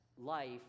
Life